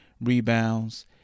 rebounds